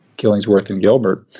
killingsworth and gilbert,